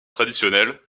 traditionnels